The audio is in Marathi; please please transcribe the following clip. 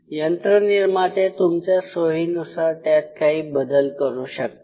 यंत्र निर्माते तुमच्या सोयीनुसार त्यात काही बदल करू शकतात